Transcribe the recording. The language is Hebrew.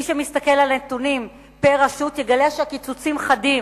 מי שמסתכל על הנתונים פר-רשות יגלה שהקיצוצים חדים.